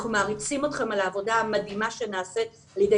אנחנו מעריצים אתכם על העבודה המדהימה שנעשית על ידי